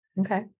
Okay